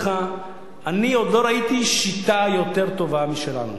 ואני עוד לא ראיתי שיטה יותר טובה משלנו.